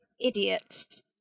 idiots